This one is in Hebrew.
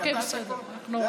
בסדר.